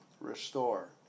restore